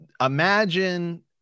imagine